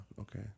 okay